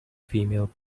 female